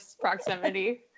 proximity